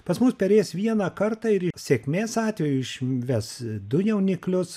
pas mus perės vieną kartą ir sėkmės atveju išves du jauniklius